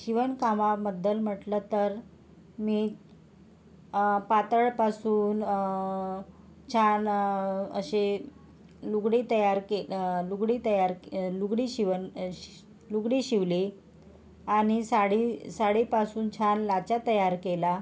शिवणकामाबद्दल म्हटलं तर मी पातळापासून छान असे लुगडी तयार के लुगडी तयार लुगडी शिवन शि लुगडी शिवली आणि साडी साडीपासून छान लाचा तयार केला